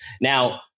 Now